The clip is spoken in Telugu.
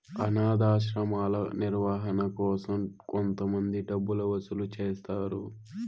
అనాధాశ్రమాల నిర్వహణ కోసం కొంతమంది డబ్బులు వసూలు చేస్తారు